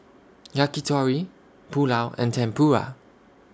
Yakitori Pulao and Tempura